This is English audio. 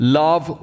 love